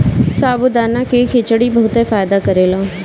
साबूदाना के खिचड़ी बहुते फायदा करेला